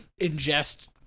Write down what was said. ingest